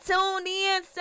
TuneIn